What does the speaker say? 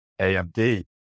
AMD